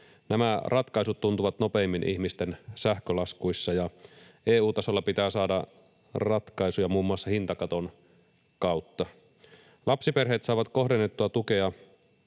Nämä ratkaisut tuntuvat nopeimmin ihmisten sähkölaskuissa, ja EU-tasolla pitää saada ratkaisuja muun muassa hintakaton kautta. Lapsiperheet saavat kohdennettua tukea,